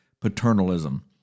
paternalism